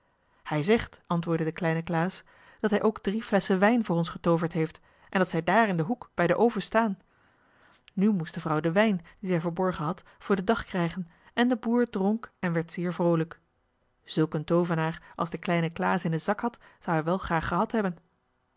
hij zegt antwoordde de kleine klaas dat hij ook drie flesschen wijn voor ons getooverd heeft en dat zij daar in den hoek bij den oven staan nu moest de vrouw den wijn dien zij verborgen had voor den dag krijgen en de boer dronk en werd zeer vroolijk zulk een toovenaar als de kleine klaas in den zak had zou hij wel graag gehad hebben